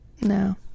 No